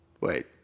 Wait